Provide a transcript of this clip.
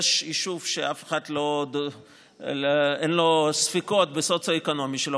יש יישוב שלאף אחד אין ספקות לגבי המצב הסוציו-אקונומי שלו,